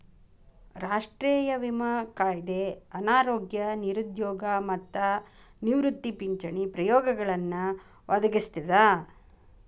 ರಾಷ್ಟ್ರೇಯ ವಿಮಾ ಕಾಯ್ದೆ ಅನಾರೋಗ್ಯ ನಿರುದ್ಯೋಗ ಮತ್ತ ನಿವೃತ್ತಿ ಪಿಂಚಣಿ ಪ್ರಯೋಜನಗಳನ್ನ ಒದಗಿಸ್ತದ